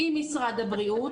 עם משרד הבריאות,